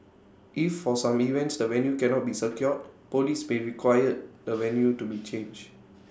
if for some events the venue cannot be secured Police may require the venue to be changed